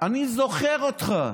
אני זוכר אותך.